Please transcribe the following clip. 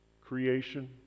Creation